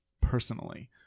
personally